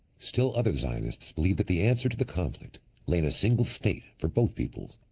still other zionists believed that the answer to the conflict lay in a single state for both peoples.